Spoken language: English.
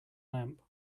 lamp